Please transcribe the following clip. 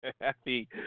Happy